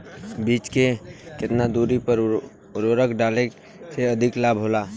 बीज के केतना दूरी पर उर्वरक डाले से अधिक लाभ होला?